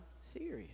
serious